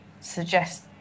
suggest